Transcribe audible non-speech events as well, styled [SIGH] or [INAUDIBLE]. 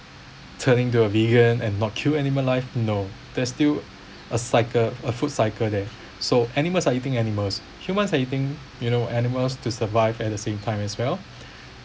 turning to a vegan and not kill animal life no they're still a cycle a food cycle there so animals are eating animals humans are eating you know animals to survive at the same time as well [BREATH]